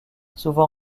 souvent